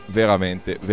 veramente